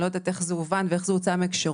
אני לא יודעת איך זה הובן ואיך זה הוצא מהקשרו.